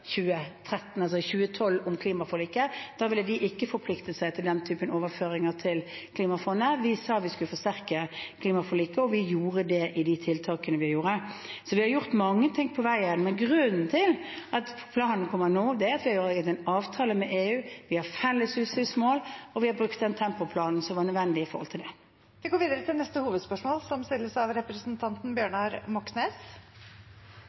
2013, altså i 2012, om klimaforliket. Da ville de ikke forplikte seg til den typen overføringer til Klimafondet. Vi sa vi skulle forsterke klimaforliket, og vi gjorde det i de tiltakene vi satte i verk. Så vi har gjort mange ting på veien, men grunnen til at planen kommer nå, er at vi har inngått en avtale med EU, vi har felles utslippsmål, og vi har brukt den tempoplanen som var nødvendig med hensyn til det. Vi går til neste hovedspørsmål.